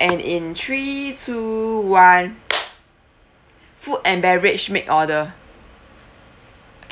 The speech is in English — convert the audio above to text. and in three two one food and beverage make order